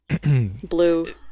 Blue